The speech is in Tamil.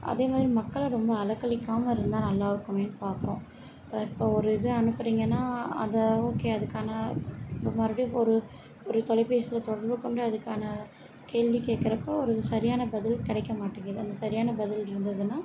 அதே மாரி மக்களை ரொம்ப அலைக்கழிக்காம இருந்தால் நல்லா இருக்குமேன்னு பார்க்குறோம் இப்போ ஒரு இதை அனுப்புறிங்கனா அந்த ஓகே அதற்கான மறுபடியும் ஒரு ஒரு தொலைபேசியில தொடர்பு கொண்டு அதற்கான கேள்விக்கேட்குறப்போ ஒரு சரியான பதில் கிடைக்க மாட்டேங்குது அந்த சரியான பதில் இருந்துதுன்னா